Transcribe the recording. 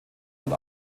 und